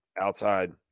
outside